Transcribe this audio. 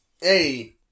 Hey